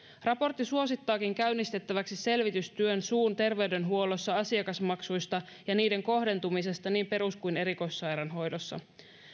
raportti suosittaakin käynnistettäväksi selvitystyön suun terveydenhuollossa asiakasmaksuista ja niiden kohdentumisesta niin perus kuin erikoissairaanhoidossakin